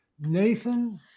Nathan